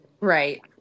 Right